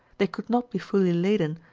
they could not be fiilly laden,